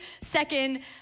second